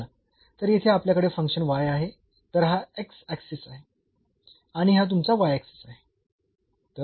चला तर येथे आपल्याकडे फंक्शन आहे तर हा x ऍक्सिस आहे आणि हा तुमचा y ऍक्सिस आहे